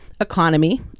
economy